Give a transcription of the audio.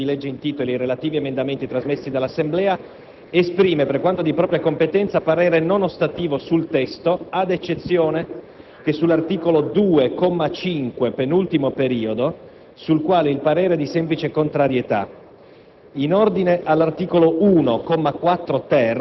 «La Commissione programmazione economica, bilancio, esaminato il disegno di legge in titolo ed i relativi emendamenti trasmessi dall'Assemblea, esprime, per quanto di propria competenza, parere non ostativo sul testo, ad eccezione che sull'articolo 2, comma 5, penultimo periodo, sul quale il parere è di semplice contrarietà.